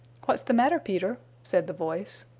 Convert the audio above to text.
what's the matter, peter? said the voice.